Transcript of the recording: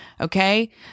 Okay